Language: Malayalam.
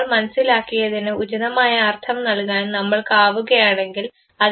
നമ്മൾ മനസ്സിലാക്കിയതിന് ഉചിതമായ അർത്ഥം നൽകാൻ നമ്മൾക്ക് ആവുകയാണെങ്കിൽ അതിനെ പെർസെപ്ഷൻ എന്നുവിളിക്കുന്നു